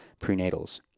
prenatals